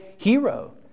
hero